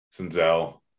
Sinzel